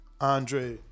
Andre